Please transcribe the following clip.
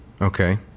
Okay